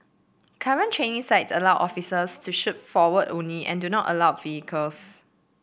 current training sites allow officers to shoot forward only and do not allow vehicles